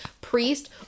Priest